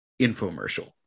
infomercial